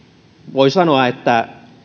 voi sanoa